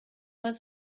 was